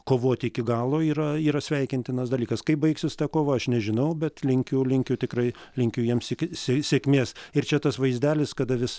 kovoti iki galo yra yra sveikintinas dalykas kaip baigsis ta kova aš nežinau bet linkiu linkiu tikrai linkiu jiems sė sė sėkmės ir čia tas vaizdelis kada vis